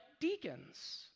deacons